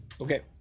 Okay